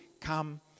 come